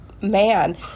man